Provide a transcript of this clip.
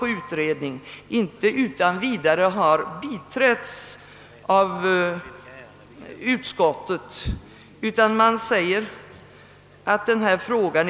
Utskottet säger bara att denna fråga är viktig, att den bör noggrant belysas »genom kompletterande undersökningar eller genom särskild utredning».